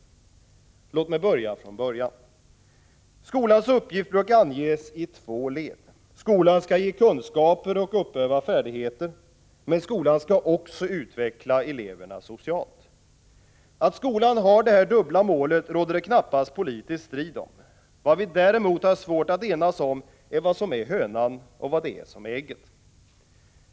Låt mig börja från början. Skolans uppgift brukar anges i två led. Skolan skall ge kunskaper och uppöva färdigheter. Men skolan skall också utveckla eleverna socialt. Att skolan har detta dubbla mål råder det knappast politisk strid om. Vad vi däremot har svårt att enas om är vad som är hönan och vad som är ägget.